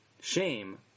Shame